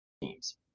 teams